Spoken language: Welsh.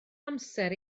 amser